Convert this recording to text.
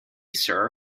sir